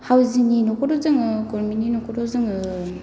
हावजिंनि न'खौथ' जोङो गबमेननि न'खौथ' जोङो